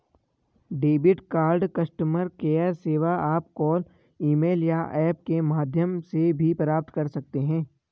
debit card customer care सेवा आप call email या ऐप के माध्यम से भी प्राप्त कर सकते हैं